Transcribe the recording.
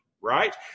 right